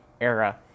era